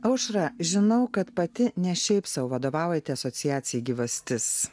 aušra žinau kad pati ne šiaip sau vadovaujate asociacijai gyvastis